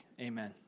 Amen